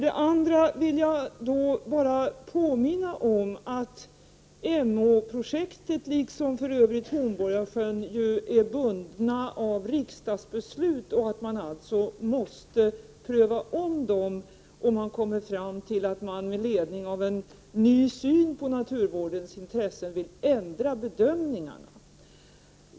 Dessutom vill jag påminna om att Emåprojektet, liksom för övrigt Hornborgasjön, är bundna av riksdagsbeslut och att man alltså måste pröva om dem om man med ledning av en ny syn på naturvårdens intressen vill ändra bedömningarna.